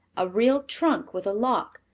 a real trunk with a lock,